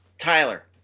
Tyler